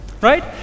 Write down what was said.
right